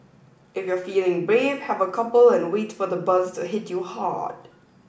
if you're feeling brave have a couple and wait for the buzz to hit you hard